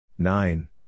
Nine